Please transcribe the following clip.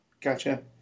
gotcha